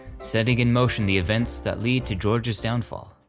setting in motion the events that lead to george's downfall.